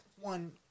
one